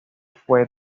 fue